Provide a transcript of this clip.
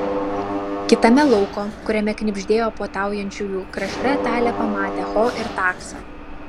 kitame lauko kuriame knibždėjo puotaujančiųjų krašte talė pamatė ho ir taksą